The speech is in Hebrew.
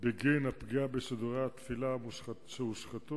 בגין הפגיעה בסידורי התפילה שהושחתו.